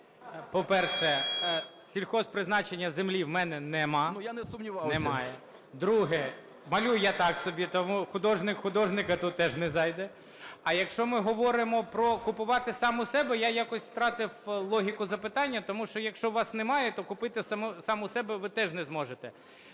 По-перше, сільгосппризначення землі в мене немає. Друге. Малюю я так собі, тому "художник художника" тут теж не зайде. А якщо ми говоримо про купувати сам у себе, я якось втратив логіку запитання. Тому що якщо у вас немає, то купити сам у себе ви теж не зможете.